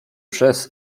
przez